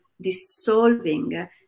dissolving